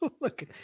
Look